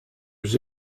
was